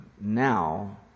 now